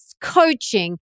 coaching